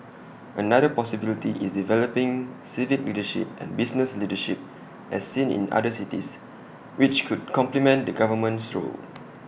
another possibility is developing civic leadership and business leadership as seen in other cities which could complement the government's role